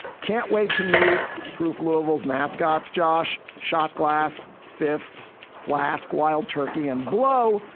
can't wait to meet proof. louisville's mascots josh. shot glass, fifth flask, wild turkey and blo.